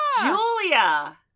Julia